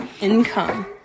income